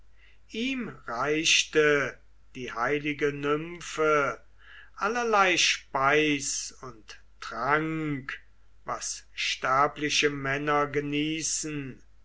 ihm reichte die heilige nymphe allerlei speis und trank was sterbliche männer genießen